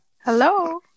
Hello